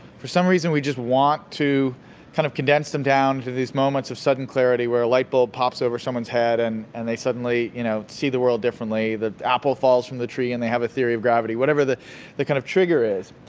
for some reason, we just want to kind of condense them down to these moments of sudden clarity where a light bulb pops over someone's head and and they suddenly you know see the world differently. the apple falls from the tree and they have a theory of gravity whatever the kind of trigger is.